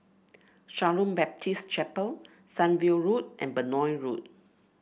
Shalom Baptist Chapel Sunview Road and Benoi Road